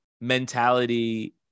mentality